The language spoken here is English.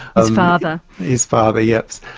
his father. his father, yes,